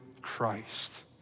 Christ